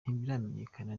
ntibiramenyekana